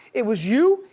it was you,